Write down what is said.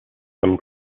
some